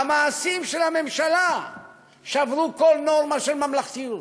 המעשים של הממשלה שברו כל נורמה של ממלכתיות.